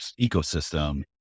ecosystem